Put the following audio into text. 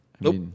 Nope